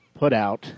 putout